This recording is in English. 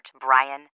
Brian